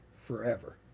forever